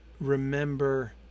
remember